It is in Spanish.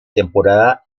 temporada